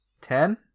Ten